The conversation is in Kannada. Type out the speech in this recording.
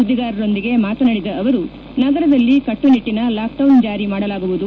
ಸುದ್ದಿಗಾರರೊಂದಿಗೆ ಮಾತನಾಡಿದ ಅವರು ನಗರದಲ್ಲಿ ಕಟ್ಟುನಿಟ್ಟಿನ ಲಾಕ್ ಡೌನ್ ಜಾರಿ ಮಾಡಲಾಗುವುದು